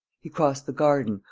he crossed the garden,